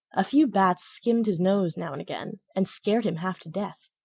a few bats skimmed his nose now and again and scared him half to death.